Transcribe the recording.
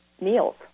meals